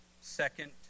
Second